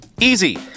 Easy